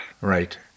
Right